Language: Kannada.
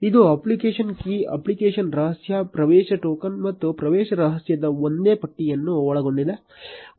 ಇದು ಅಪ್ಲಿಕೇಶನ್ ಕೀ ಅಪ್ಲಿಕೇಶನ್ ರಹಸ್ಯ ಪ್ರವೇಶ ಟೋಕನ್ ಮತ್ತು ಪ್ರವೇಶ ರಹಸ್ಯದ ಒಂದೇ ಪಟ್ಟಿಯನ್ನು ಒಳಗೊಂಡಿದೆ